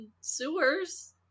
sewers